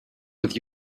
with